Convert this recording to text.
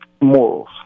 morals